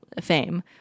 fame